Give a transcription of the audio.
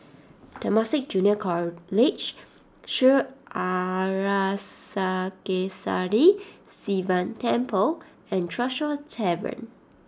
Temasek Junior College Sri Arasakesari Sivan Temple and Tresor Tavern